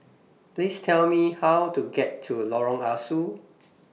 Please Tell Me How to get to Lorong Ah Soo